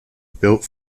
built